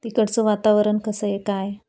तिकडचं वातावरण कसं आहे काय